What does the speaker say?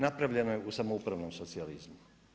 Napravljeno je u samoupravnom socijalizmu.